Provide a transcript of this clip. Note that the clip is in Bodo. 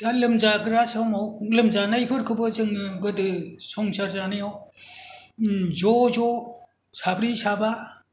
दा लोमजाग्रा समाव लोमजानायफोरखौबो जोङो गोदो संसार जानायाव ज' ज' साब्रै साबा